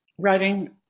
Writing